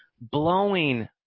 blowing